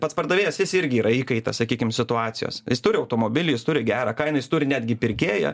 pats pardavėjas jis irgi yra įkaitas sakykim situacijos jis turi automobilį jis turi gerą kainą turi netgi pirkėją